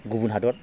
गुबुन हादर